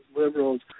liberals